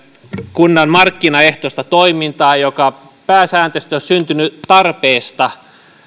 kunnan markkinaehtoista toimintaa joka pääsääntöisesti on syntynyt tarpeesta